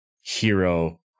hero